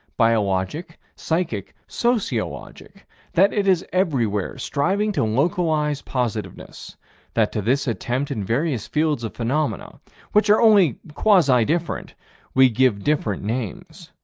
biologic, psychic, sociologic that it is everywhere striving to localize positiveness that to this attempt in various fields of phenomena which are only quasi-different we give different names.